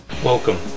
Welcome